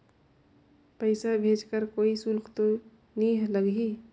पइसा भेज कर कोई शुल्क तो नी लगही?